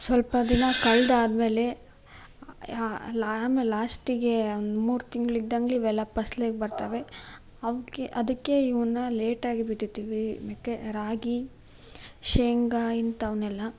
ಸ್ವಲ್ಪ ದಿನ ಕಳೆದು ಆದಮೇಲೆ ಆಮೇಲೆ ಲಾಸ್ಟಿಗೆ ಒಂದು ಮೂರು ತಿಂಗಳು ಇದ್ದಹಾಗೆ ಇವೆಲ್ಲ ಫಸಲಿಗೆ ಬರ್ತವೆ ಅವಕ್ಕೆ ಅದಕ್ಕೆ ಇವನ್ನು ಲೇಟಾಗಿ ಬಿತ್ತುತ್ತೀವಿ ಮೆಕ್ಕೆ ರಾಗಿ ಶೇಂಗಾ ಇಂಥವನ್ನೆಲ್ಲ